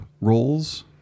roles